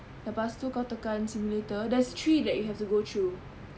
lepas tu kau tekan simulator there's three that you have to go through